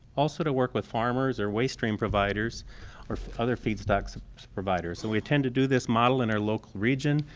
also to work with farmers or waste stream providers or other feedstock so providers, so and we intend to do this model in our local region,